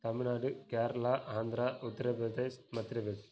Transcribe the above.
Tamil Nadu Kerala Andhra Uttar Pradesh Madhya Pradesh